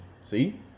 See